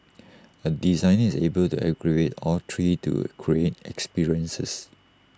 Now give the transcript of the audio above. A designer is able to aggregate all three to create experiences